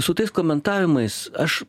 su tais komentavimais aš